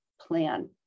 plan